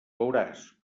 veuràs